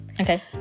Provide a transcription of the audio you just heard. Okay